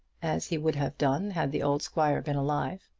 as he would have done had the old squire been alive.